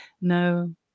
No